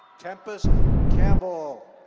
tempest campbell.